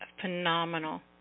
phenomenal